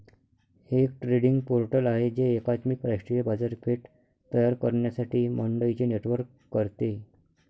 एक trading portal आहे जे एकात्मिक राष्ट्रीय बाजारपेठ तयार करण्यासाठी मंडईंचे नेटवर्क करते